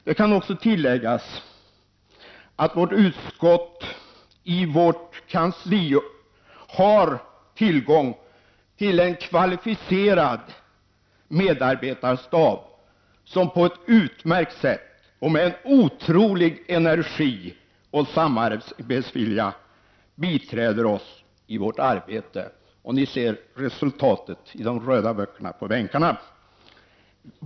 Det kan också tilläggas att utskottet i vårt kansli har tillgång till en kvalificerad medarbetarstab som på ett utmärkt sätt och med en otrolig energi och samarbetsvilja biträder oss i vårt arbete. Ni ser resultatet i form av de röda ”böcker” som ligger på våra bänkar.